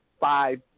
Five